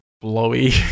blowy